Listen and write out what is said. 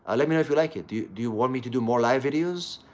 ah let me know if you like it. do do you want me to do more live videos?